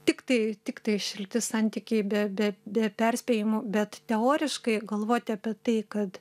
tiktai tiktai šilti santykiai be be be perspėjimų bet teoriškai galvoti apie tai kad